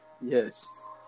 Yes